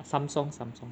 Samsung Samsung